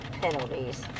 Penalties